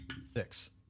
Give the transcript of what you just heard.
Six